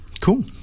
Cool